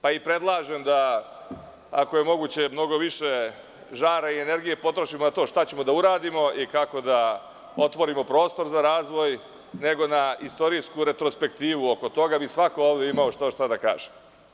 Predlažem da, ako je moguće, mnogo više žara i energije potrošimo na to šta ćemo da uradimo i kako da otvorimo prostor za razvoj nego, na istorijsku retrospektivu oko toga, jer bi svako ovde imao što šta da kaže.